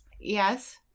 Yes